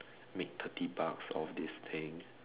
make thirty bucks off this thing